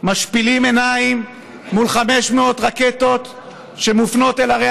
משפילים עיניים מול 500 רקטות שמופנות אל ערי